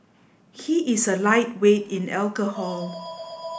he is a lightweight in alcohol